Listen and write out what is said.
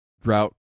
drought